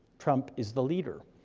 trump is the leader,